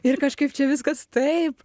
ir kažkaip čia viskas taip